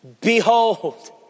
behold